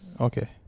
Okay